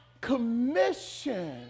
commission